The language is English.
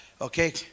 Okay